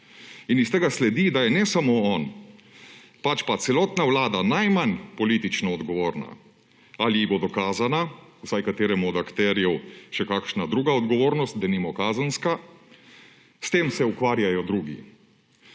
In iz tega sledi, da je ne samo on, pač pa celotna vlada najmanj politično odgovorna. Ali ji bo dokazana, vsaj kateremu od akterjev, še kakšna druga odgovornost, denimo kazenska, s tem se ukvarjajo drugi.